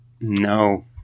No